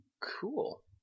cool